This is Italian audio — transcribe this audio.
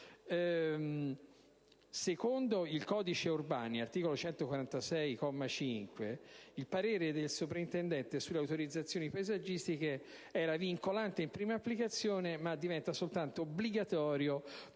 Secondo il codice Urbani, articolo 146, comma 5, il parere del soprintendente sulle autorizzazioni paesaggistiche era vincolante in prima applicazione ma diventa obbligatorio